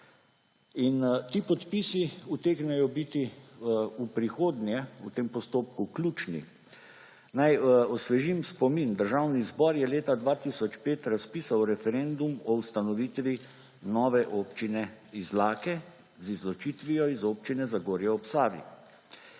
in ti podpisi utegnejo biti v prihodnje v tem postopku ključni. Naj osvežim spomin. Državni zbor je leta 2005 razpisal referendum o ustanovitvi nove Občine Izlake z izločitvijo iz Občine Zagorje ob Savi.